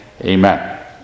amen